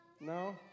No